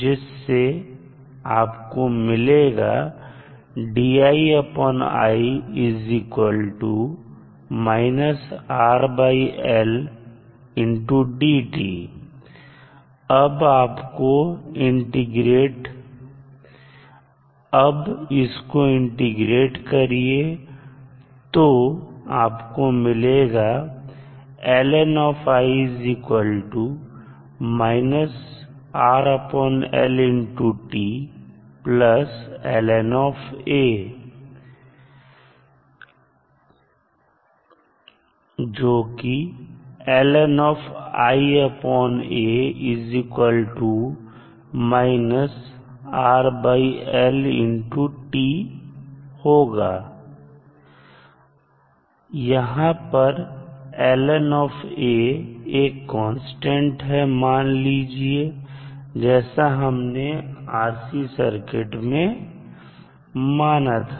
जिससे आपको मिलेगा अब इसको इंटीग्रेट करिए तो आपको मिलेगा यहां पर एक कांस्टेंट है मान लीजिए जैसा हमने RC सर्किट में माना था